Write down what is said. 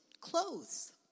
clothes